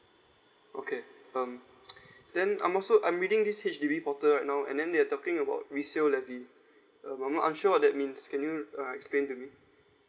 okay um then I'm also I'm reading this H_D_B portal right now and then they're talking about resale levy um I'm not sure what that means can you uh explain to me